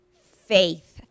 faith